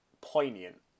poignant